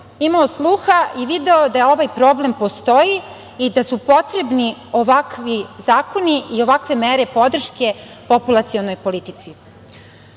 imao sluha i video da ovaj problem postoji i da su potrebni ovakvi zakoni i ovakve mere podrške populacionoj politici. Kao